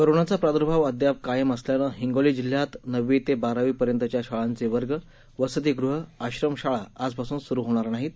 कोरोनाचा प्रादुर्भाव अद्याप कायम असल्यानं हिंगोली जिल्ह्यात नववी ते बारावी पर्यंतच्या शाळांचे वर्ग वसतीगृह आश्रमशाळा आजपासून सुरु होणार नाहीत